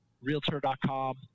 Realtor.com